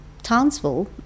Townsville